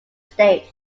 states